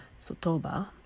Sotoba